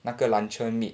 那个 luncheon meat